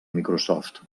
microsoft